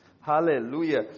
Hallelujah